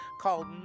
called